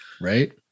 right